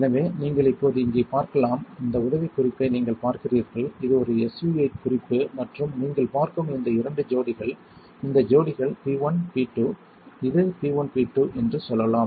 எனவே நீங்கள் இப்போது இங்கே பார்க்கலாம் இந்த உதவிக்குறிப்பை நீங்கள் பார்க்கிறீர்கள் இது ஒரு SU 8 குறிப்பு மற்றும் நீங்கள் பார்க்கும் இந்த இரண்டு ஜோடிகள் இந்த ஜோடிகள் P1 P2 இது P1 P2 என்று சொல்லலாம்